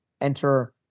enter